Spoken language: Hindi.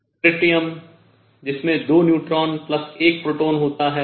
ट्रिटियम जिसमें 2 न्यूट्रॉन प्लस 1 प्रोटॉन होता हैं